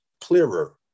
clearer